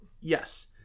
Yes